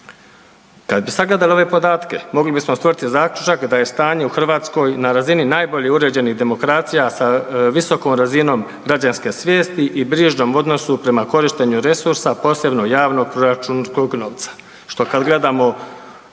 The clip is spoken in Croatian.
Kada bi sagledali ove podatke mogli bismo stvoriti zaključak da je stanje u Hrvatskoj na razini najbolje uređenih demokracija sa visokom razinom građanske svijesti i brižnom odnosu prema korištenju resursa posebno javnog proračunskog novca